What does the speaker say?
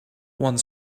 one